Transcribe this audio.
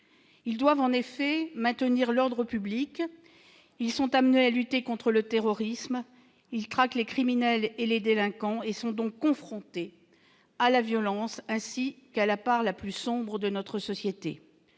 Ils doivent en effet maintenir l'ordre public, sont amenés à lutter contre le terrorisme, traquent les criminels et les délinquants, et sont donc confrontés à la violence, ainsi qu'à la part la plus sombre de notre société.